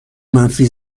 منفی